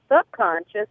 subconscious